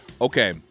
Okay